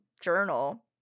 journal